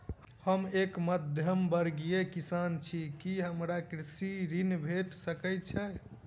हम एक मध्यमवर्गीय किसान छी, की हमरा कृषि ऋण भेट सकय छई?